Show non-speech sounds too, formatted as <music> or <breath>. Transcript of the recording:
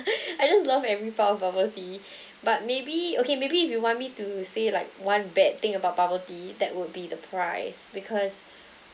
<laughs> I just love every part of bubble tea <breath> but maybe okay maybe if you want me to say like one bad thing about bubble tea that would be the price because